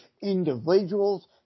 individuals